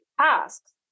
tasks